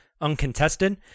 uncontested